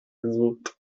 gesucht